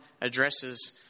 addresses